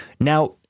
Now